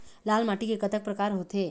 लाल माटी के कतक परकार होथे?